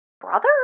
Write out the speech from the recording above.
Brother